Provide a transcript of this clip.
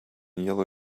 yellow